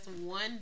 one